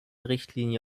richtlinie